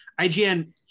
IGN